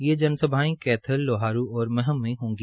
ये जनसभाएं कैथल लोहारू और महम में होंगी